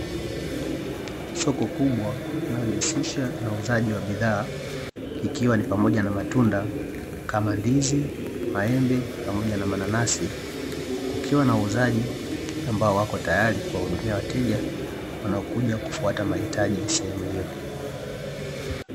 Soko kubwa linalojihusisha na uuzaji wa bidhaa, ikiwa; ni pamoja na matunda kama ndizi, maembe, pamoja na mananasi; kukiwa na wauzaji ambao wapo tayari kuwahudumia wateja wanaokuja kufuata mahitaji sehemu hiyo.